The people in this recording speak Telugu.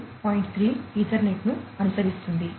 3 ఈథర్నెట్ను అనుసరిస్తుంది